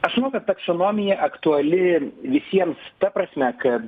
aš manau kad taksonomija aktuali visiems ta prasme kad